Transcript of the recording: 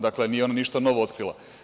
Dakle, nije ona ništa novo otkrila.